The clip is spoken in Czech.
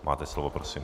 Máte slovo, prosím.